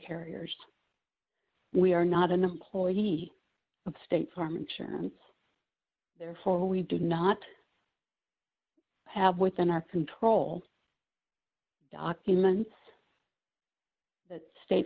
carriers we are not an employee of state farm insurance therefore we do not have within our control documents that state